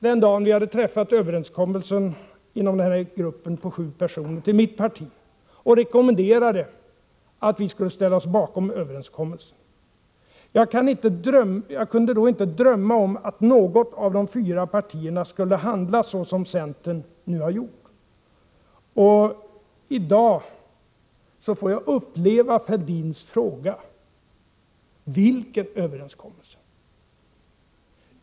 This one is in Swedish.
Den dag vi hade träffat överenskommelsen inom vår grupp på sju personer gick jag till mitt parti och rekommenderade att vi skulle ställa oss bakom den. Jag kunde inte då drömma om att något av de fyra partierna skulle handla så som centern nu har gjort. I dag får jag uppleva Thorbjörn Fälldins fråga: Vilken överenskommelse?